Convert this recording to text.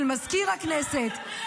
של מזכיר הכנסת -- אפרת,